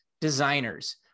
designers